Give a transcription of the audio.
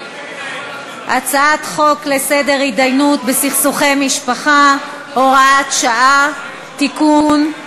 הצעת חוק להסדר התדיינויות בסכסוכי משפחה (הוראת שעה) (תיקון),